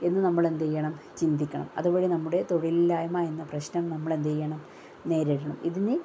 എന്ന് നമ്മളെന്തെയ്യണം ചിന്തിക്കണം അതുവഴി നമ്മുടെ തൊഴിലില്ലായ്മ എന്ന പ്രശ്നം നമ്മളെന്തെയ്യണം നേരിടണം ഇതിന്